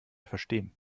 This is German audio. verstehen